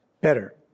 better